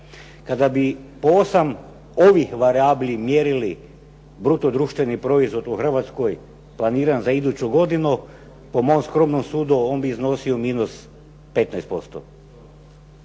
Kada bi po 8 ovih varijabli mjerili bruto društveni proizvod u Hrvatskoj planiran za iduću godinu, po mom skromnom sudu on bi iznosio minus 15%.